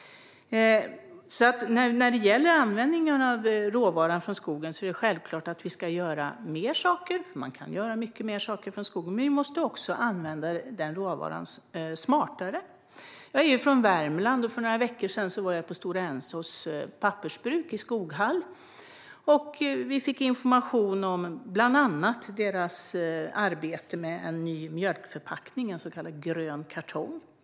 När det gäller användningen av råvaran från skogen är det självklart att mer ska göras, men råvaran ska också användas på ett smartare sätt. Jag är från Värmland, och för några veckor sedan var jag på Stora Ensos pappersbruk i Skoghall. Vi fick information om bland annat deras arbete med en ny mjölkförpackning, en så kallad grön kartong.